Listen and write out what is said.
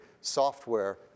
software